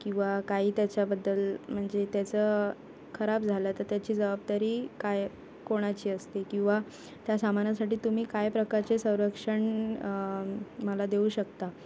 किंवा काही त्याच्याबद्दल म्हणजे त्याचं खराब झालं तर त्याची जबाबदारी काय कोणाची असते किंवा त्या सामानासाठी तुम्ही काय प्रकारचे संरक्षण मला देऊ शकता